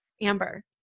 Amber